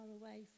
away